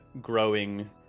growing